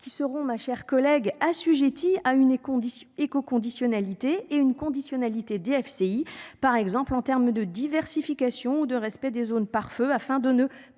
qui seront ma chère collègue assujettis à une et conditions éco-conditionnalité et une conditionnalité DFCI par exemple en termes de diversification de respect des zones pare-feu afin de ne